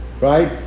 Right